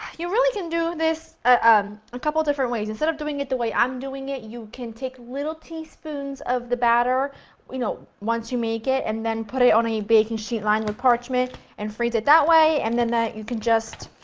you really can do this um a couple of different ways. instead of doing it the way i am um doing it, you can take little teaspoons of the batter you know, once you make it and then put it on a baking sheet lined with parchment and freeze it that way and then you can just